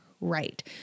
right